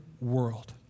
world